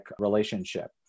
relationship